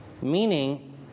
Meaning